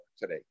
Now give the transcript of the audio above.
today